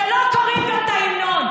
שלא קוראים גם את ההמנון.